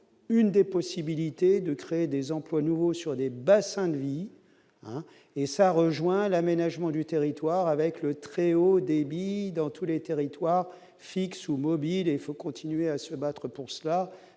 une des possibilités de créer des emplois nouveaux, sur des bassins de vie, hein, et ça rejoint l'aménagement du territoire, avec le très haut débit dans tous les territoires, fixe ou mobile, et il faut continuer à se battre pour cela